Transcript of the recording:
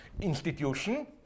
institution